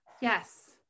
Yes